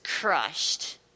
crushed